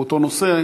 באותו נושא,